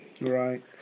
Right